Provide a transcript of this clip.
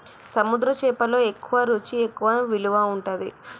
సముద్ర చేపలు ఎక్కువ రుచి ఎక్కువ విలువ ఉంటది